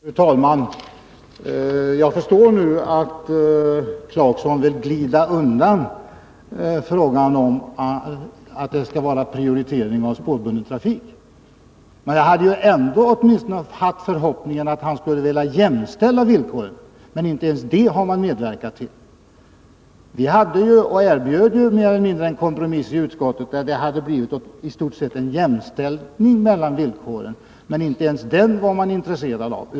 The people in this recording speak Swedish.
Fru talman! Jag förstår nu att herr Clarkson vill glida undan frågan om prioriteringen av spårbunden trafik. Jag hade ändå förhoppningen att han åtminstone skulle vilja jämställa villkoren, men inte ens detta har han medverkat till. Vi har ju erbjudit mer eller mindre en kompromiss i utskottet, som hade inneburit i stort sett ett jämställande mellan villkoren, men inte heller det var man intresserad av.